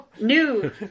New